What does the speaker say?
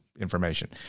information